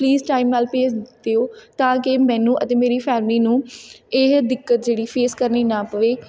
please time ਨਾਲ ਭੇਜ ਦਿਓ ਤਾਂ ਕਿ ਮੈਨੂੰ ਅਤੇ ਮੇਰੀ ਫੈਮਲੀ ਨੂੰ ਇਹ ਦਿੱਕਤ ਜਿਹੜੀ ਫੇਸ ਕਰਨੀ ਨਾ ਪਵੇ